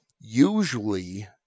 usually